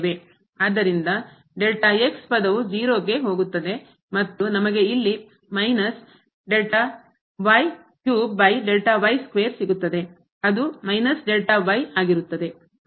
ಆದ್ದರಿಂದ ಪದವು 0 ಕ್ಕೆ ಹೋಗುತ್ತದೆ ಮತ್ತು ನಮಗೆ ಇಲ್ಲಿ ಸಿಗುತ್ತದೆ ಅದು